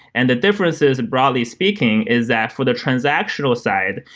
and the differences, and broadly speaking, is that for the transactional side,